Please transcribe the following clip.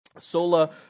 Sola